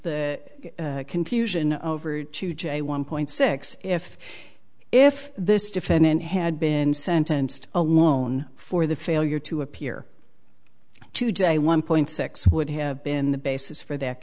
the confusion over to j one point six if if this defendant had been sentenced alone for the failure to appear today one point six would have been the basis for th